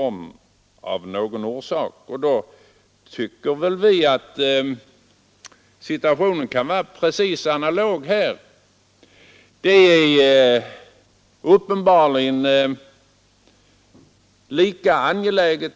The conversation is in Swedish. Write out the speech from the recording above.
Och situationen är analog när det gäller skolanläggningarnas storlek — den frågan är uppenbarligen lika angelägen.